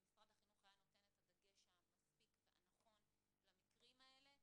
ואם משרד החינוך היה נותן את הדגש המספיק והנכון שם למקרים האלה,